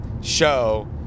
show